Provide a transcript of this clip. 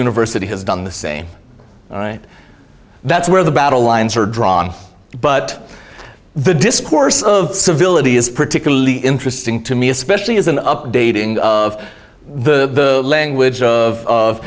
university has done the same right that's where the battle lines are drawn but the discourse of civility is particularly interesting to me especially as an updating of the language of